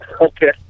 Okay